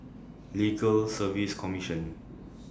Legal Service Commission